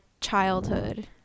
childhood